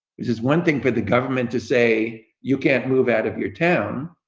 it's it's one thing for the government to say you can't move out of your town,